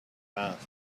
asked